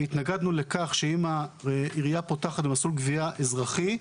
והתנגדנו לכך שאם העירייה פותחת במסלול גבייה אזרחי,